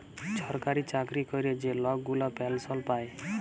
ছরকারি চাকরি ক্যরে যে লক গুলা পেলসল পায়